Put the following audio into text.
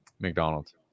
McDonald's